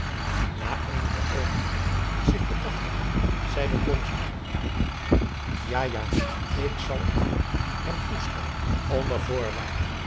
na eenige oogenblikken zich bedacht te hebben zeide blommesteyn ja ja ik zal het adriaan loosjes pzn het leven van johannes wouter blommesteyn hem toestaan onder voorwaarde